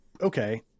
okay